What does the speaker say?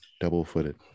double-footed